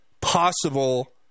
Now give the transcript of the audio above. possible